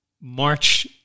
March